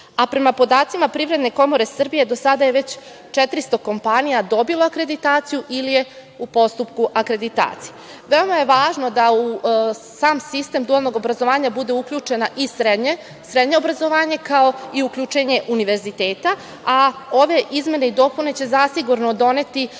podacima Privredne komore Srbije, do sada je već 400 kompanija dobilo akreditaciju ili je u postupku akreditacije. Veoma je važno da u sam sistem dualnog obrazovanja bude uključeno i srednje obrazovanje, kao i uključenje univerziteta, a ove izmene i dopune će zasigurno doneti